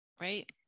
right